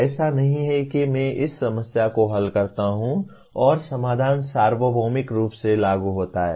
ऐसा नहीं है कि मैं इस समस्या को हल करता हूं और समाधान सार्वभौमिक रूप से लागू होता है